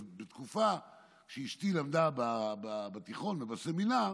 אז, בתקופה שאשתי למדה בתיכון ובסמינר,